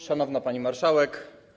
Szanowna Pani Marszałek!